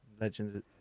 legends